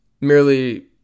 merely